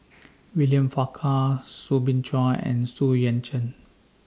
William Farquhar Soo Bin Chua and Xu Yuan Zhen